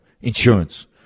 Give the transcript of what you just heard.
insurance